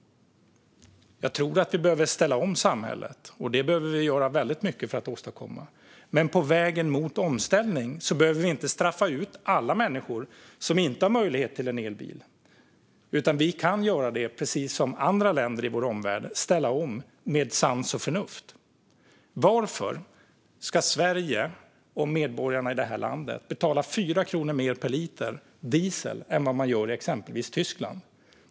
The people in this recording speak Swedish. Jag tror att vi behöver ställa om samhället, och vi behöver göra väldigt mycket för att åstadkomma det. Men på vägen mot omställning behöver vi inte straffa ut alla människor som inte har möjlighet att ha en elbil. Vi kan göra det precis som andra länder i vår omvärld och ställa om med sans och förnuft. Varför ska Sverige och medborgarna i det här landet betala 4 kronor mer per liter diesel än vad man gör i exempelvis Tyskland?